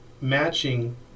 matching